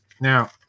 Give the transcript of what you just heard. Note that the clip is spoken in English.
Now